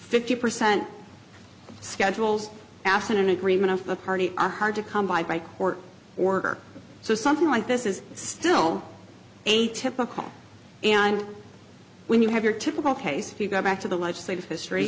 fifty percent schedules asinine agreement of a party are hard to come by by court order so something like this is still atypical and when you have your typical case you go back to the legislative history